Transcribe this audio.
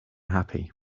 happy